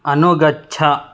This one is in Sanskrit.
अनुगच्छ